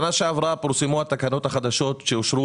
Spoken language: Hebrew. שנה שעברה פורסמו התקנות החדשות שאושרו,